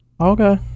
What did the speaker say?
Okay